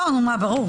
ברור.